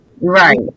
Right